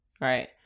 right